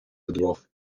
вдвох